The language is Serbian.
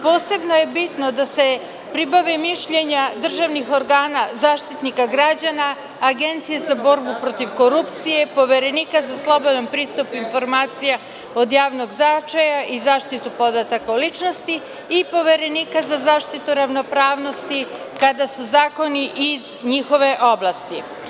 Posebno je bitno da se pribave mišljenja državnih organa Zaštitnika građana, Agencije za borbu protiv korupcije, Poverenika za slobodan pristup informacijama od javnog značaja i zaštita podataka o ličnosti i Poverenika za zaštitu ravnopravnosti, kada se zakoni iz njihove oblasti.